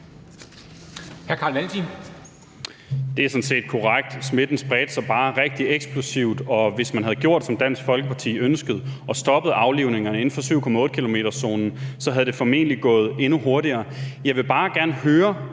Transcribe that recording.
Det er sådan set korrekt. Smitten spredte sig bare rigtig eksplosivt, og hvis man havde gjort, som Dansk Folkeparti ønskede det, og havde stoppet aflivningerne inden for 7,8-kilometerszonen, så var det formentlig gået endnu hurtigere.